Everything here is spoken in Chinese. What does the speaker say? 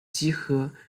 集合